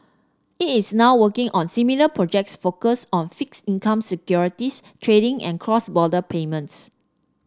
it is now working on similar projects focused on fixed income securities trading and cross border payments